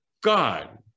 God